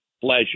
pleasure